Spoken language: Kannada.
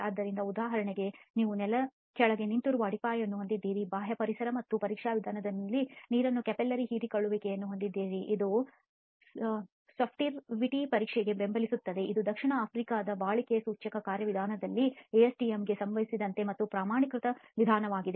ಆದ್ದರಿಂದ ಉದಾಹರಣೆಗೆ ನೀವು ನೆಲದ ಕೆಳಗೆ ನಿಂತಿರುವ ಅಡಿಪಾಯವನ್ನು ಹೊಂದಿದ್ದೀರಿ ಮತ್ತು ಬಾಹ್ಯ ಪರಿಸರ ಮತ್ತು ಪರೀಕ್ಷಾ ವಿಧಾನದಿಂದ ನೀರನ್ನು ಕ್ಯಾಪಿಲ್ಲರಿ ಹೀರಿಕೊಳ್ಳುವಿಕೆಯನ್ನು ಹೊಂದಿದ್ದೀರಿ ಇದು ಸೋರ್ಪ್ಟಿವಿಟಿ ಪರೀಕ್ಷೆಯನ್ನು ಪ್ರತಿಬಿಂಬಿಸುತ್ತದೆ ಇದು ದಕ್ಷಿಣ ಆಫ್ರಿಕಾದ ಬಾಳಿಕೆ ಸೂಚ್ಯಂಕ ಕಾರ್ಯವಿಧಾನಗಳಲ್ಲಿ ಎಎಸ್ಟಿಎಂಗೆ ಸಂಬಂಧಿಸಿದಂತೆ ಮತ್ತೆ ಪ್ರಮಾಣೀಕೃತ ವಿಧಾನವಾಗಿದೆ